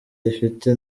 ayafite